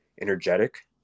energetic